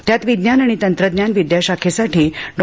त्यात विज्ञान आणि तंत्रज्ञान विद्याशाखेसाठी डॉ